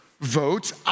votes